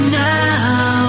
now